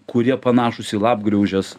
kurie panašūs į lapgriaužes